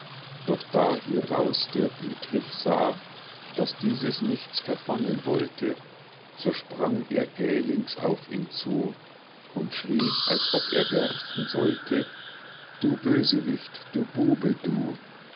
doch da hieraus der wüthrich sah daß dieses nichts verfangen wollte so sprang er gählings auf ihn zu und schrie als ob er bersten sollte du bösewicht du bube du